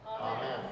Amen